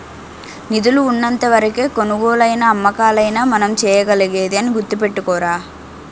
నిధులు ఉన్నంత వరకే కొనుగోలైనా అమ్మకాలైనా మనం చేయగలిగేది అని గుర్తుపెట్టుకోరా